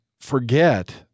forget